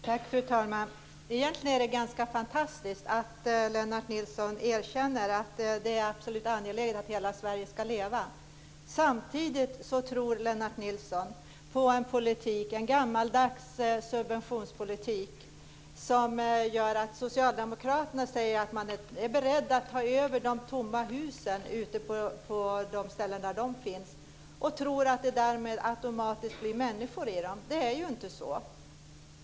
Fru talman! Egentligen är det ganska fantastiskt att Lennart Nilsson erkänner att det är angeläget att hela Sverige ska leva. Samtidigt tror Lennart Nilsson på en gammaldags subventionspolitik. Socialdemokraterna säger att de är beredda att ta över de tomma husen och tror att det därmed flyttar dit människor. Så är det ju inte.